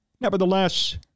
Nevertheless